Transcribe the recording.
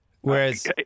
Whereas